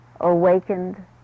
awakened